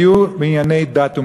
היו בענייני דת ומדינה.